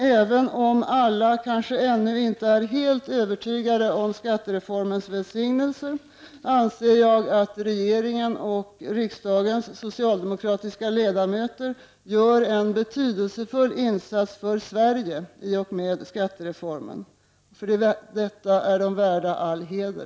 Även om alla kanske ännu inte är helt övertygade om skattereformens välsignelser, anser jag att regeringen och riksdagens socialdemokratiska ledamöter gör en betydelsefull insats för Sverige i och med skattereformen. För detta är de värda all heder.